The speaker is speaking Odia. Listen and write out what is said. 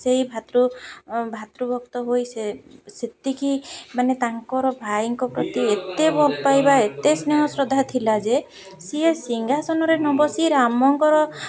ସେଇ ଭାତୃ ଭାତୃ ଭକ୍ତ ହୋଇ ସେ ସେତିକି ମାନେ ତାଙ୍କର ଭାଇଙ୍କ ପ୍ରତି ଏତେ ଭୋଗ ପାଇବା ଏତେ ସ୍ନେହ ଶ୍ରଦ୍ଧା ଥିଲା ଯେ ସିଏ ସିଂହାସନରେ ନ ବସି ରାମଙ୍କର